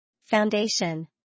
Foundation